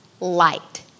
light